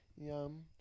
Yum